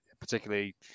particularly